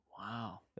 Wow